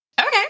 Okay